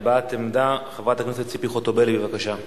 הבעת עמדה, חברת הכנסת ציפי חוטובלי, בבקשה.